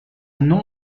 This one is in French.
nom